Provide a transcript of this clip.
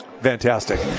fantastic